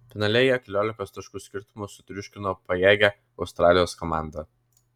finale jie keliolikos taškų skirtumu sutriuškino pajėgią australijos komandą